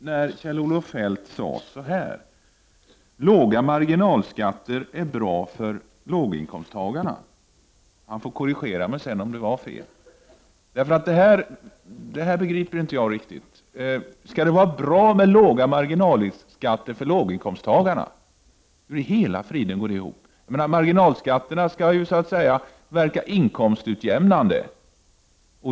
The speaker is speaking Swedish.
Herr talman! Jag vet inte om jag hörde fel när Kjell-Olof Feldt sade att låga marginalskatter är bra för låginkomsttagarna. Han får korrigera mig sedan om jag hörde fel. Jag begriper inte riktigt detta. Skulle det vara bra med låga marginalskatter för låginkomsttagarna? Hur i hela friden går det ihop? Marginalskatterna skall ju så att säga verka inkomstutjämnande.